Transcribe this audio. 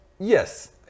Yes